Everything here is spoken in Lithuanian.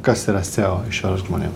kas yra seo išversk žmonėm